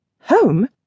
Home